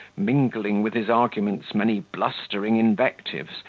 mingling with his arguments many blustering invectives,